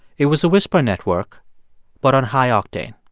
it was a whisper network but on high-octane.